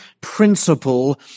principle